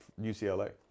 UCLA